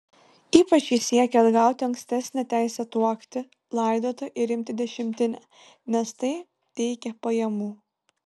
ypač ji siekė atgauti ankstesnę teisę tuokti laidoti ir imti dešimtinę nes tai teikė pajamų